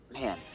Man